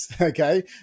Okay